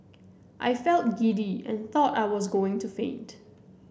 I felt giddy and thought I was going to faint